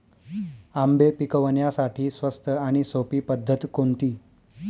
आंबे पिकवण्यासाठी स्वस्त आणि सोपी पद्धत कोणती?